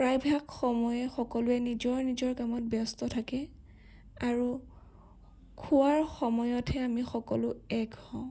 প্ৰায়ভাগ সময়ে সকলোৱে নিজৰ নিজৰ কামত ব্যস্ত থাকে আৰু খোৱাৰ সময়তহে আমি সকলো এক হওঁ